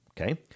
Okay